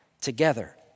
together